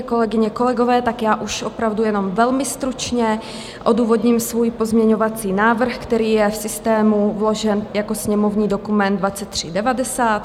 Kolegyně, kolegové, já už opravdu jenom velmi stručně odůvodním svůj pozměňovací návrh, který je v systému vložen jako sněmovní dokument 2390.